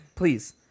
Please